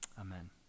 Amen